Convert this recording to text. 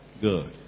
Good